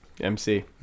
MC